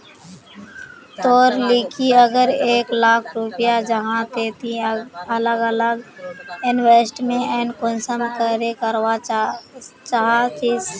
तोर लिकी अगर एक लाख रुपया जाहा ते ती अलग अलग इन्वेस्टमेंट कुंसम करे करवा चाहचिस?